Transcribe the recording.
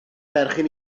berchen